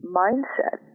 mindset